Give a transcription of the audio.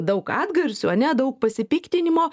daug atgarsio ane daug pasipiktinimo